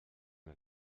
mir